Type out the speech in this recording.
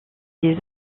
des